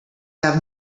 have